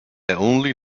only